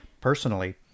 personally